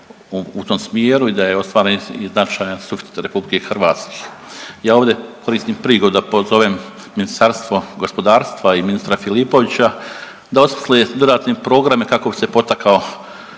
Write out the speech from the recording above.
u tom smjeru i da je ostvaren i značajan suficit RH. Ja ovdje koristim prigodu da pozovem Ministarstvo gospodarstva i ministra Filipovića da osmisle dodatne programe kako bi se potakao